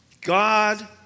God